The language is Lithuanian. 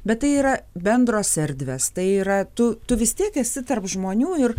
bet tai yra bendros erdvės tai yra tu tu vis tiek esi tarp žmonių ir